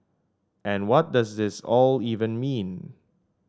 and what does it all even mean